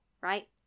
Right